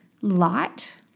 light